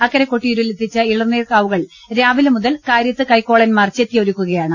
അക്കരെ കൊട്ടിയൂരി ലെത്തിച്ച ഇളനീർ കാവുകൾ രാവിലെ മുതൽ കാര്യത്ത് കൈക്കോളന്മാർ ചെത്തിയൊരുക്കുകയാണ്